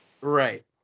Right